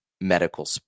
medical